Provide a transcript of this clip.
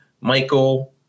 michael